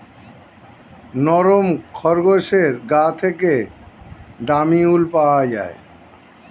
নরম খরগোশের গা থেকে দামী উল পাওয়া যায়